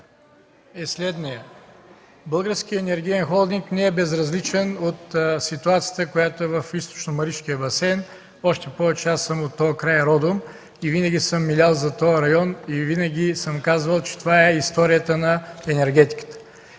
е следният: Българският енергиен холдинг не е безразличен към ситуацията, която е в Източномаришкия басейн. Още повече аз съм родом от този край и винаги съм милял за този район и съм казал, че това е историята на енергетиката.